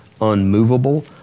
unmovable